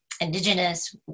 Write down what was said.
Indigenous